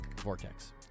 Vortex